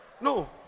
No